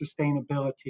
sustainability